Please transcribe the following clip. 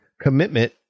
commitment